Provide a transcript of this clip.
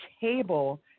table